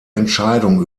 entscheidung